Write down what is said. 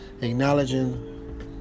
acknowledging